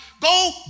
go